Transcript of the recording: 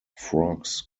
frogs